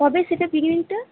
কবে সেটা পিকনিকটা